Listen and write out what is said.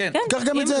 קח גם את זה.